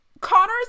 Connor's